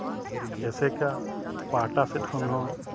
ᱮᱥᱮᱠᱟ ᱯᱟᱦᱴᱟ ᱥᱮᱫ ᱠᱷᱚᱱ ᱦᱚᱸ